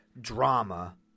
drama